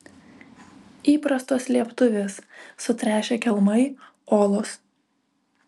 įprastos slėptuvės sutręšę kelmai olos